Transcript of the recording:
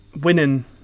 winning